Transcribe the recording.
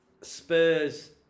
Spurs